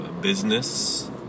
business